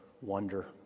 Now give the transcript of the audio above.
wonder